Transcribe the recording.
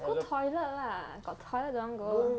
go toilet lah got toilet don't want go